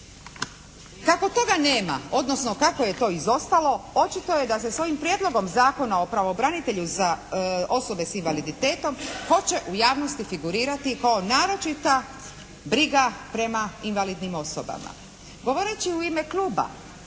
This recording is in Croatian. Kako toga nema odnosno kako je to izostalo očito je da se s ovim Prijedlogom zakona o pravobranitelju za osobe s invaliditetom hoće u javnosti figurirati kao naročita briga prema invalidnim osobama. Govoreći u ime kluba